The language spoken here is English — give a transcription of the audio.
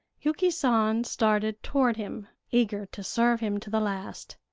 yuki san started toward him, eager to serve him to the last.